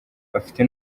bafite